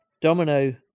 Domino